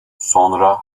sonra